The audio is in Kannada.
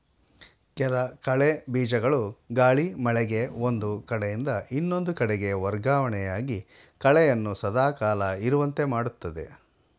ಕೆಲ ಕಳೆ ಬೀಜಗಳು ಗಾಳಿ, ಮಳೆಗೆ ಒಂದು ಕಡೆಯಿಂದ ಇನ್ನೊಂದು ಕಡೆಗೆ ವರ್ಗವಣೆಯಾಗಿ ಕಳೆಯನ್ನು ಸದಾ ಕಾಲ ಇರುವಂತೆ ಮಾಡುತ್ತದೆ